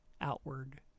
outward